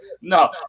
No